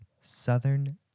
Southern